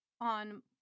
on